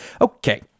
Okay